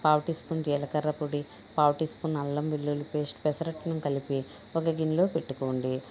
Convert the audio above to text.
పావు teaspoon జీలకర్ర పొడి పావు టీ స్పూన్ అల్లం వెల్లుల్లి పేస్ట్ పెసరట్టును కలిపి ఒక గిన్నెలో పెట్టుకోండి